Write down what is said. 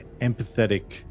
empathetic